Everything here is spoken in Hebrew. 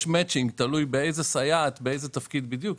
יש מצ'ינג, תלוי באיזה סייעת, באיזה תפקיד בדיוק.